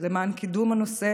למען קידום נושא